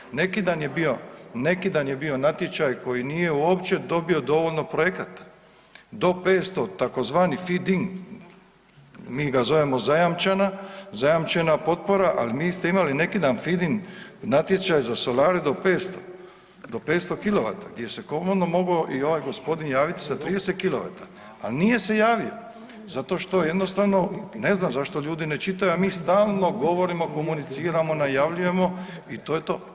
Nekidan je bio, nekidan je bio natječaj koji nije uopće dobio dovoljno projekata do 500 tzv. fid-in, mi ga zovemo zajamčena, zajamčena potpora, ali vi ste imali nekidan fid-in natječaj za solare do 500, do 500 kilovata gdje se komotno mogao i ovaj gospodin javit sa 30 kilovata, a nije se javio zato što jednostavno ne znam zašto ljudi ne čitaju, a mi stalno govorimo, komuniciramo, najavljujemo i to je to.